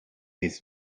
his